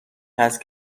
هست